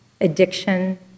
addiction